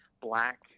black